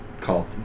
call